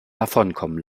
davonkommen